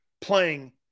playing